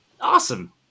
Awesome